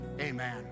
amen